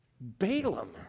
Balaam